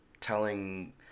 telling